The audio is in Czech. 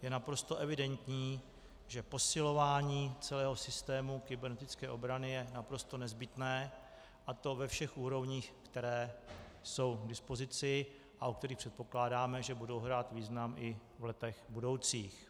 Je naprosto evidentní, že posilování celého systému kybernetické obrany je naprosto nezbytné, a to ve všech úrovních, které jsou k dispozici a u kterých předpokládáme, že budou hrát význam i v letech budoucích.